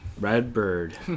Redbird